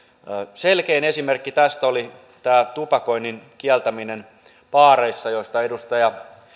selkein esimerkki tästä oli tupakoinnin kieltäminen baareissa josta edustaja